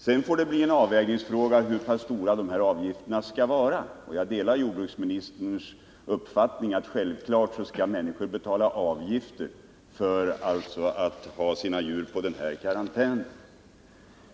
Sedan får det bli en avvägningsfråga hur stora dessa avgifter skall vara, och jag delar jordbruksministerns uppfattning att människor naturligtvis skall betala avgifter för att ha sina djur på en sådan här karantän.